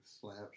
slaps